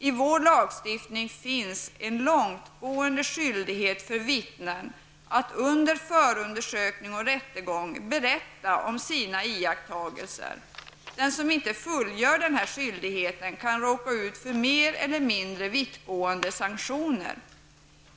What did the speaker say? I vår lagstiftning finns en långtgående skyldighet för vittnen att under förundersökning och rättegång berätta om sina iakttagelser. Den som inte fullgör den här skyldigheten kan råka ut för mer eller mindre vittgående sanktioner.